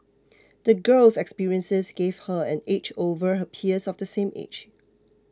the girl's experiences gave her an edge over her peers of the same age